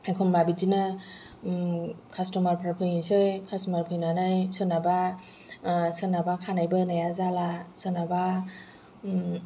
एखम्बा बिदिनो कास्ट'मारफोर फैनोसै कास्ट'मार फैनानै सोरनाबा सोरनाबा खानाय बोनाया जाला सोरनाबा